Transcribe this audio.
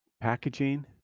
packaging